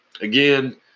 again